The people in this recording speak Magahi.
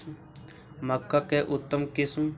मक्का के उतम किस्म?